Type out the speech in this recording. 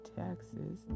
taxes